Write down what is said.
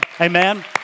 Amen